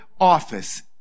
office